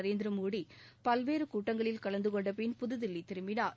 நரேந்திர மோடி பல்வேறு கூட்டங்களில் கலந்துகொண்ட பின் புதுதில்லி திரும்பினார்